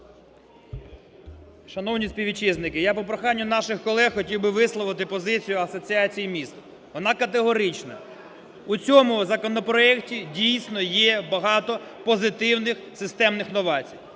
Шановні співвітчизники, я по проханню наших колег хотів би висловити позицію Асоціації міст, вона категорична. У цьому законопроекті, дійсно, є багато позитивних системних новацій.